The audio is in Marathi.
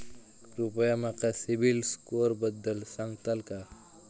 कृपया माका सिबिल स्कोअरबद्दल सांगताल का?